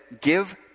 give